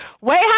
Wait